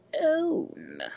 own